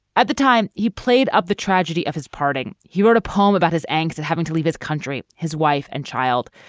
at the time, he played up the tragedy of his parting. he wrote a poem about his angst, having to leave his country, his wife and child.